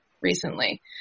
recently